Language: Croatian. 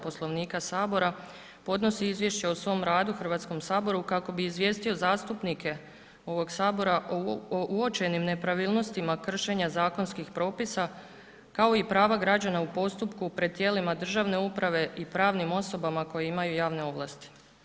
Poslovnika sabora podnosi izvješće o svom radu Hrvatskom saboru kako bi izvijestio zastupnike ovog sabora o uočenim nepravilnostima kršenja zakonskih propisa, kao i prava građana u postupku pred tijelima državne uprave i pravnim osobama koje imaju javne ovlasti.